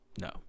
No